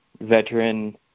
veteran